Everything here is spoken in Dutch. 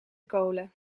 kolen